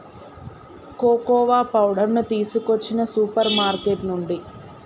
cocoa powder తీసుకొచ్చిన supermarket నుండి